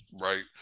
right